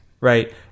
Right